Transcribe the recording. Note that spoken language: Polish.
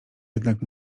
jednak